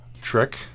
trick